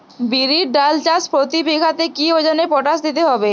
বিরির ডাল চাষ প্রতি বিঘাতে কি ওজনে পটাশ দিতে হবে?